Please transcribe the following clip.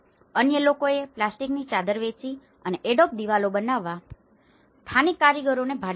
અન્ય લોકોએ પ્લાસ્ટિકની ચાદર વેચી અને એડોબ દિવાલો બનાવવા માટે સ્થાનિક કારીગરોને ભાડે રાખ્યા